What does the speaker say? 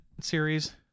series